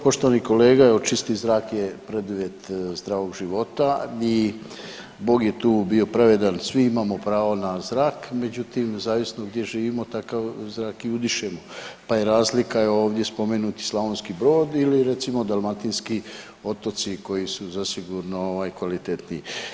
Poštovani kolega evo čisti zrak je preduvjet zdravog života i Bog je tu bio pravedan svi imamo pravo na zrak, međutim zavisno gdje živimo takav zrak i udišemo, pa je razlika je ovdje spomenuti Slavonski Brod ili recimo dalmatinski otoci koji su zasigurno ovaj kvalitetniji.